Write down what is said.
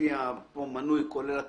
פה מנוי, כולל התוספת,